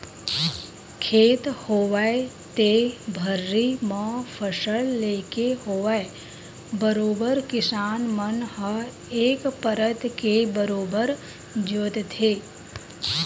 खेत होवय ते भर्री म फसल लेके होवय बरोबर किसान मन ह एक परत के बरोबर जोंतथे